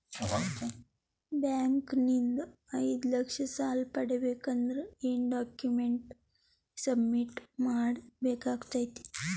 Bank ನಿಂದ ಐದು ಲಕ್ಷ ಸಾಲ ಪಡಿಬೇಕು ಅಂದ್ರ ಏನ ಡಾಕ್ಯುಮೆಂಟ್ ಸಬ್ಮಿಟ್ ಮಾಡ ಬೇಕಾಗತೈತಿ?